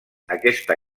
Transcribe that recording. aquesta